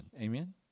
Amen